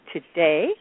Today